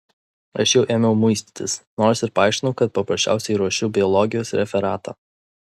aš jau ėmiau muistytis nors ir paaiškinau kad paprasčiausiai ruošiu biologijos referatą